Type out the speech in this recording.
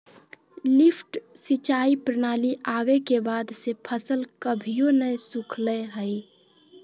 lift सिंचाई प्रणाली आवे के बाद से फसल कभियो नय सुखलय हई